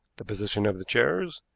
the position of the chairs,